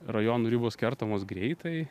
rajonų ribos kertamos greitai